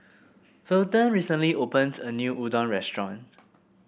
Fulton recently opened a new Udon Restaurant